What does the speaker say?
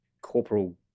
corporal